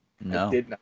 No